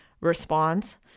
response